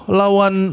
lawan